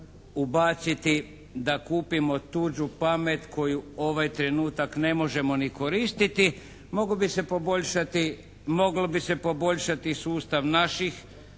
ubaciti da kupimo tuđu pamet koju ovaj trenutak ne možemo ni koristiti mogao bi se poboljšati, mogao bi